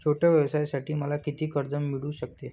छोट्या व्यवसायासाठी मला किती कर्ज मिळू शकते?